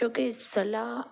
छोकी सलाह